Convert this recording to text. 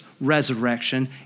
resurrection